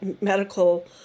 medical